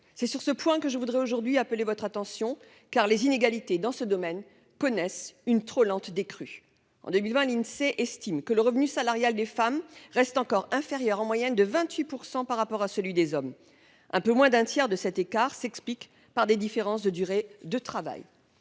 C'est sur ce point que je voudrais aujourd'hui appeler votre attention, car les inégalités dans ce domaine décroissent trop lentement. En 2020, l'Insee estimait que le revenu salarial des femmes était encore inférieur en moyenne de 28 % à celui des hommes. Un peu moins d'un tiers de cet écart s'explique par des différences de durée de travail.